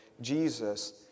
Jesus